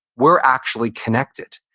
we're actually connected,